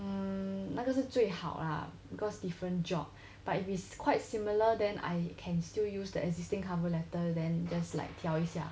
um 那个是最好 lah because different job but if it's quite similar then I can still use the existing cover letter than just like 挑一下